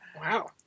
Wow